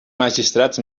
magistrats